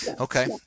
Okay